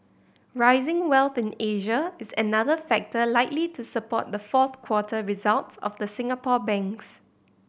rising wealth in Asia is another factor likely to support the fourth quarter results of the Singapore banks